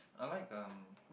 I like um